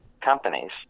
companies